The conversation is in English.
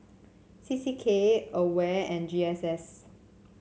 C C K Aware and G S S